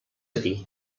dir